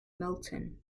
milton